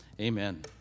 amen